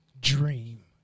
dream